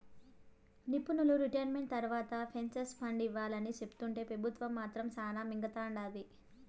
నిపునులు రిటైర్మెంట్ తర్వాత pension fund ఇవ్వాలని సెప్తుంటే పెబుత్వం మాత్రం శానా మింగతండాది